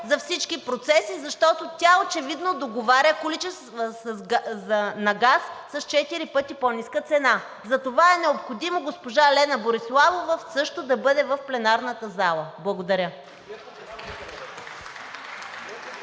за всички процеси. Защото тя очевидно договаря количествата на газ с четири пъти по-ниска цена. Затова е необходимо госпожа Лена Бориславова също да бъде в пленарната зала. Благодаря.